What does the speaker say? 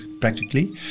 practically